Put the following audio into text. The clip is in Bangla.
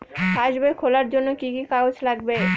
পাসবই খোলার জন্য কি কি কাগজ লাগবে?